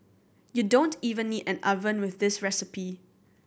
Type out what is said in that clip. you don't even need an oven with this recipe